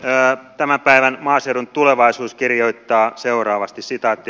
tämän päivän maaseudun tulevaisuus kirjoittaa seuraavasti